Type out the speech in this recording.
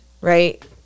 right